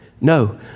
No